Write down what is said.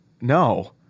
no